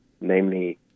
namely